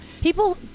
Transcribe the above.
People